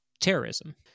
terrorism